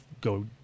go